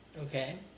Okay